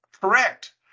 correct